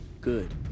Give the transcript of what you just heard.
good